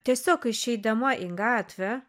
tiesiog išeidama į gatvę